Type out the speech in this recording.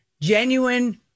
genuine